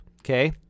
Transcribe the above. okay